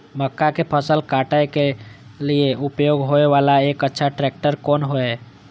मक्का के फसल काटय के लिए उपयोग होय वाला एक अच्छा ट्रैक्टर कोन हय?